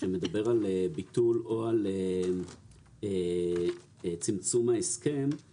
שמדבר על ביטול או על צמצום ההסכם.